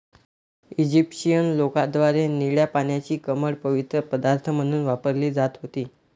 Egyptian लोकांद्वारे निळ्या पाण्याची कमळ पवित्र पदार्थ म्हणून वापरली जात होती